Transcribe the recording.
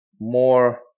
more